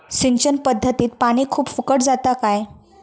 सिंचन पध्दतीत पानी खूप फुकट जाता काय?